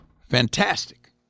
Fantastic